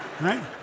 Right